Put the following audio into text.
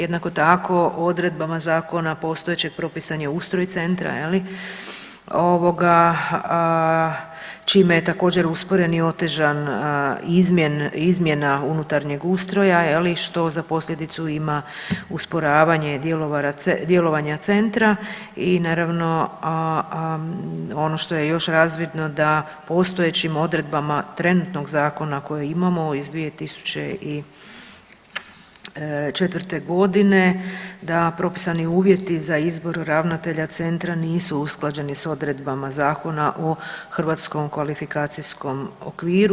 Jednako tako odredbama zakona postojećeg propisan je ustroj centra, čime je također usporen i otežan izmjena unutarnjeg ustroja što za posljedicu ima usporavanje djelovanja centra i naravno ono što je još razvidno da postojećim odredbama trenutnog zakona kojeg imamo iz 2004.g. da propisani uvjeti za izbor ravnatelja centra nisu usklađeni s odredbama Zakona o Hrvatskom kvalifikacijskom okviru.